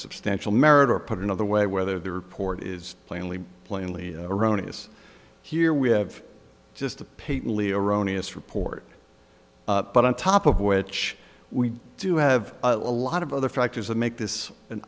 substantial merit or put another way whether the report is plainly plainly erroneous here we have just a paper leo erroneous report but on top of which we do have a lot of other factors that make this an